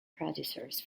producers